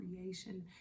creation